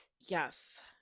Yes